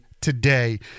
today